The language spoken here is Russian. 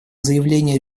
заявление